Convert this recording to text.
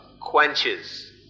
quenches